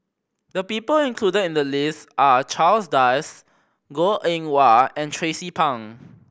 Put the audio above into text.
the people included in the list are Charles Dyce Goh Eng Wah and Tracie Pang